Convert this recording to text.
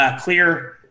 clear